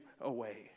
away